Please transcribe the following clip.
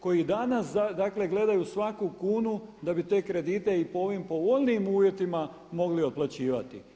Koji i danas dakle gledaju svaku kunu da bi te kredite i po ovim povoljnijih uvjetima mogli otplaćivati.